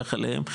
שבירך עליהן.